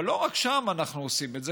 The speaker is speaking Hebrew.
אבל לא רק שם אנחנו עושים את זה.